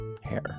hair